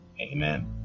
amen